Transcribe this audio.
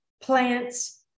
plants